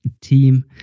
team